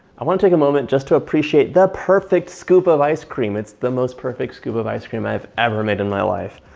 i wanna take a moment just to appreciate that perfect scoop of ice cream. it's the most perfect scoop of ice cream i've ever made in my life.